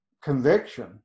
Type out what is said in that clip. conviction